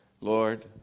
Lord